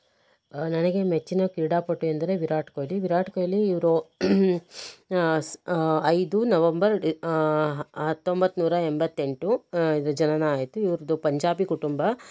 ನನಗೆ ಮೆಚ್ಚಿನ ಕ್ರೀಡಾಪಟು ಎಂದರೆ ವಿರಾಟ್ ಕೊಹ್ಲಿ ವಿರಾಟ್ ಕೊಹ್ಲಿ ಇವರು ಸ್ ಐದು ನವಂಬರ್ ಎ ಹತ್ತೊಂಬತ್ತು ನೂರ ಎಂಬತ್ತೆಂಟು ಇವರ ಜನನ ಆಯಿತು ಇವ್ರದ್ದು ಪಂಜಾಬಿ ಕುಟುಂಬ